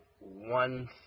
one